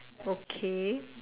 okay